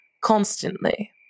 constantly